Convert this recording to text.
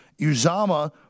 Uzama